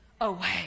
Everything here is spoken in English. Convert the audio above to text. away